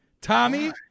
Tommy